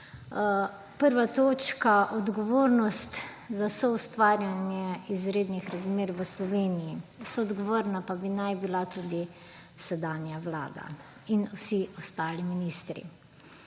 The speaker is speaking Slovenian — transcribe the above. Prva točka, odgovornost za soustvarjanje izrednih razmer v Sloveniji. Soodgovorna pa bi naj bila tudi sedanja vlada in vsi ostali ministri.